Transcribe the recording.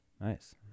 Nice